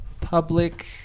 Public